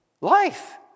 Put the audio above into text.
life